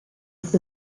with